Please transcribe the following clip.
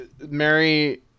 Mary